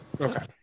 Okay